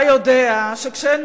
לציבור, גם